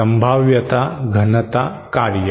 संभाव्यता घनता कार्य